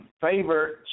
favorite